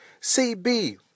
CB